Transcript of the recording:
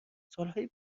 سالهای